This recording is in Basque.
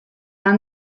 han